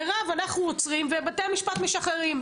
מירב, אנחנו עוצרים ובתי המשפט משחררים.